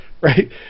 Right